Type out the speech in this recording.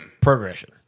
progression